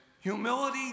humility